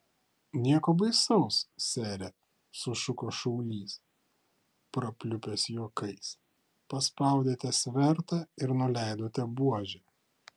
nieko baisaus sere sušuko šaulys prapliupęs juokais paspaudėte svertą ir nuleidote buožę